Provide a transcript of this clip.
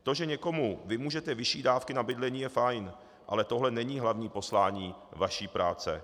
To, že někomu vymůžete vyšší dávky na bydlení, je fajn, ale tohle není hlavní poslání vaší práce.